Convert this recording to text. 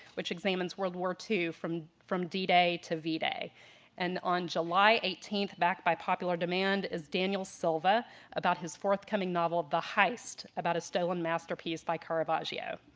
which examines world war ii from from d-day to v-day, and on july eighteenth, back by popular demand is daniel silva about his forthcoming novel the heist, about a stolen masterpiece by caravaggio.